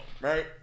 Right